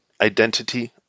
identity